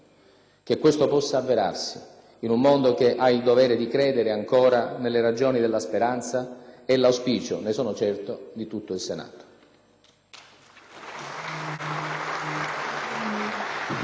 Che questo possa avverarsi, in un mondo che ha il dovere di credere ancora nelle ragioni della speranza, è l'auspicio - ne sono certo - di tutto il Senato.